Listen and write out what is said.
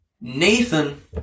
Nathan